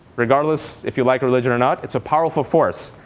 regardless if you like religion or not, it's a powerful force.